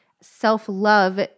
self-love